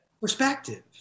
perspective